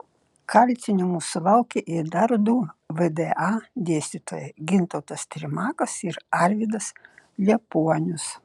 kaltinimų sulaukė ir dar du vda dėstytojai gintautas trimakas ir arvydas liepuonius